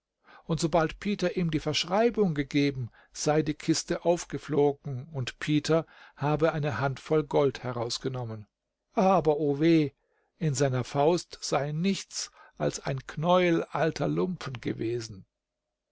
und sobald peter ihm die verschreibung gegeben sei die kiste aufgeflogen und peter habe eine hand voll gold herausgenommen aber o weh in seiner faust sei nichts als ein knäuel alter lumpen gewesen